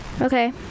Okay